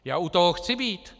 Já u toho chci být.